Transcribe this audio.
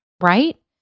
right